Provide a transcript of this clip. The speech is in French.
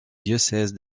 diocèse